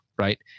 right